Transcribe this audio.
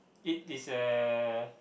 it is a